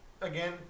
again